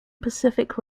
pacific